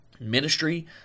ministry